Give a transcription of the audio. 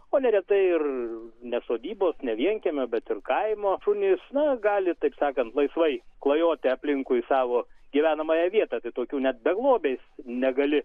o neretai ir ne sodybos ne vienkiemio bet ir kaimo šunys na gali taip sakant laisvai klajoti aplinkui savo gyvenamąją vietą tai tokių net beglobiais negali